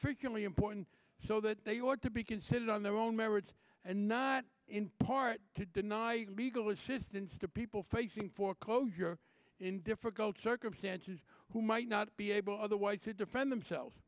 iently important so that they ought to be considered on their own merits and not in part to deny legal assistance to people facing foreclosure in difficult circumstances who might not be able otherwise to defend themselves